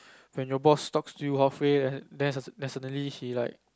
when your boss talks to you halfway then then suddenly he like